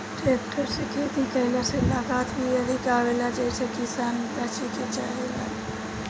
tractor से खेती कईला से लागत भी अधिक आवेला जेइसे किसान बचे के चाहेलन